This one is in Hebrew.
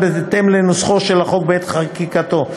בהתאם לנוסחו של החוק בעת חקיקתו,